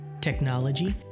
technology